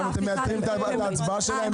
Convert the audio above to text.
אתם מייתרים את ההצבעה שלהם.